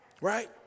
Right